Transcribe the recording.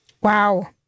Wow